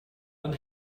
and